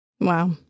Wow